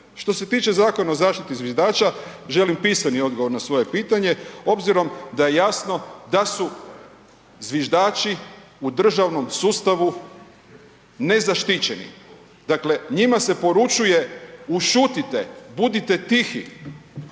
Što se tiče Zakona o zaštiti zviždača, želim pisani odgovor na svoje pitanje obzirom da je jasno da su zviždači u državnom sustavu nezaštićeni. Dakle, njima se poručuje ušutite, budite tihi